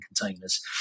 containers